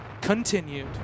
continued